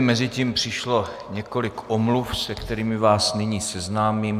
Mezitím přišlo několik omluv, se kterými vás nyní seznámím.